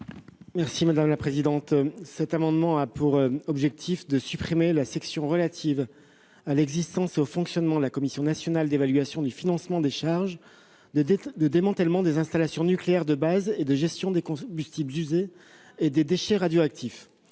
secrétaire d'État. Cet amendement a pour objet d'abroger la section du code de l'environnement relative à l'existence et au fonctionnement de la Commission nationale d'évaluation du financement des charges de démantèlement des installations nucléaires de base et de gestion des combustibles usés et des déchets radioactifs